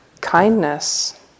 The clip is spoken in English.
kindness